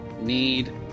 need